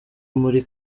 muri